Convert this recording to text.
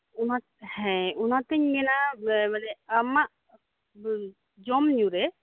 ᱚᱱᱟ ᱦᱮᱸ ᱚᱱᱟᱛᱮᱧ ᱢᱮᱱᱟ ᱢᱟᱱᱮ ᱟᱢᱟᱜ ᱡᱚᱢᱧᱩᱨᱮ